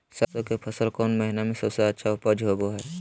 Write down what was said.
सरसों के फसल कौन महीना में सबसे अच्छा उपज होबो हय?